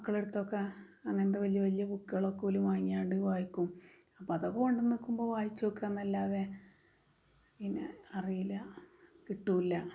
മക്കളെ അടുത്തൊക്ക അങ്ങനത്തെ വലിയ വലിയ ബുക്കുകളെ ഓല് വാങ്ങ്യാണ്ട് വായിക്കും അപ്പം അതൊക്കെ കൊണ്ടു വയ്ക്കുമ്പോൾ വായിച്ച് നോക്കുക എന്നല്ലാതെ പിന്നെ അറിയില്ല കിട്ടില്ല